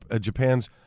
Japan's